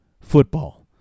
football